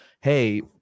Hey